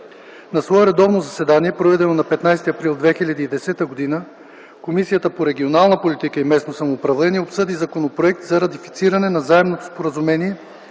На свое редовно заседание, проведено на 15 април 2010 г., Комисията по регионална политика и местно самоуправление обсъди Законопроект за ратифициране на Заемното споразумение